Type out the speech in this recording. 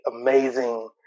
amazing